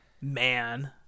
Man